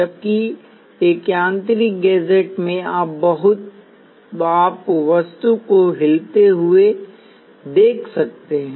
जबकि एक यांत्रिक गैजेट में आप वस्तु को हिलते हुए देख सकते हैं